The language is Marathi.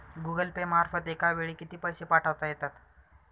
गूगल पे मार्फत एका वेळी किती पैसे पाठवता येतात?